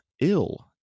ill